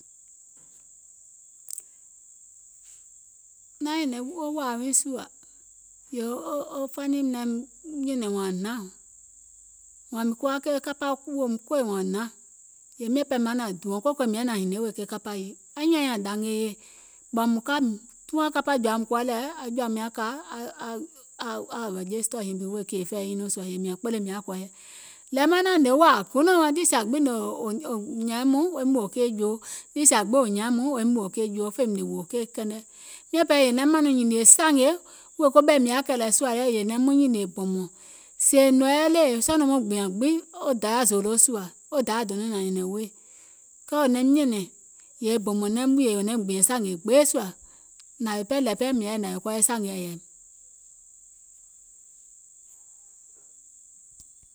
naŋ nyɛ̀nɛ̀ŋ wɔŋ wȧȧ wiiŋ sùȧ wo fanim naim nyɛ̀nɛ̀ŋ wȧȧŋ hnaȧŋ, wȧȧŋ mìŋ kuwa ke kapȧ weèum wȧȧŋ hnaȧŋ, miȧŋ pɛɛ maŋ naȧŋ dùɔ̀ŋ quick quick mìŋ yaȧ naȧŋ hinie wèè kapȧ yii, aŋyùùŋ nyaŋ nyȧȧŋ ɓɔ̀ùm ka e kapȧ jɔ̀ȧa mùŋ kuwa lɛ̀ tuȧŋ niŋ aŋ jɔ̀ȧum nyȧŋ aŋ regester nyiŋ bi wèè fɛi nyiŋ nɔɔ̀ŋ, mìȧŋ kpele mìŋ yaȧ kɔɔyɛ, nȧȧŋ maŋ naȧŋ hnè wȧȧ gunɔ̀ɔŋ niì sìa gbiŋ wò nyȧȧìm woim wòò keì joo, niì sìa gbiŋ wò nyȧȧìm woim wòò keì joo, wò fèim ngèè wòò keì kɛnɛ, miȧŋ ɓɛɛ è naim naȧŋ nɔŋ nyìnìè sȧngè wèè ɓɛ̀i mìŋ yaȧ kɛ̀lɛ̀ sùȧ lɛ yèè naim mɔŋ nyìnìè bɔ̀mɔ̀ŋ. Sèè è nɔ̀ŋ yɛi le, sɔɔ̀ nɔŋ maŋ gbìȧŋ e dayȧ zòòlo sùȧ, wo dayȧ donȧŋ nȧŋ nyɛ̀nɛ̀ŋ weè, because wò naim nyɛ̀nɛ̀ŋ yèè bɔ̀mɔ̀ŋ naim wùìyè yèè wò naim gbìɛ̀ŋ sȧngè gbee sùȧ, nàwèè pɛɛ nȧȧŋ pɛɛ mìŋ ya yɛi nȧwèè kɔɔyɛ sȧngèɛ yȧìm.